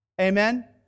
Amen